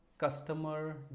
customer